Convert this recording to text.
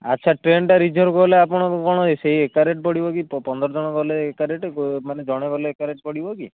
ଆଚ୍ଛା ଟ୍ରେନ୍ଟା ରିଜର୍ଭ୍ ହେଲେ ଆପଣ କ'ଣ ସେଇ ଏକା ରେଟ୍ ପଡ଼ିବକି ପନ୍ଦର ଜଣ ଗଲେ ଏକା ରେଟ୍ ମାନେ ଜଣେ ଗଲେ ଏକା ରେଟ୍ ପଡ଼ିବକି